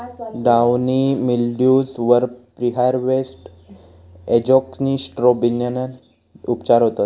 downy mildews वर preharvest एजोक्सिस्ट्रोबिनने उपचार होतत